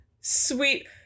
sweet